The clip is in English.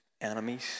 enemies